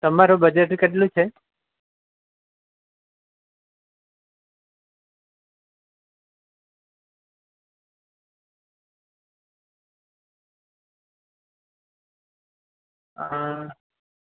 તમારું બજેટ કેટલું છે હં